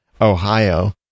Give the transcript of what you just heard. Ohio